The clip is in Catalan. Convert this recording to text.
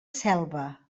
selva